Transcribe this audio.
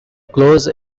close